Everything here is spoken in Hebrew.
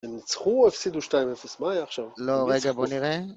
הם ניצחו או הפסידו 2-0? מה היה עכשיו? לא, רגע, בואו נראה.